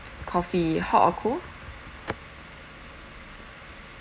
coffee hot or cold